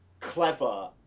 clever